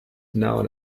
known